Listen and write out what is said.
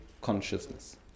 consciousness